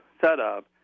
setup